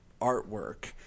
artwork